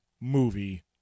Movie